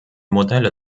modelle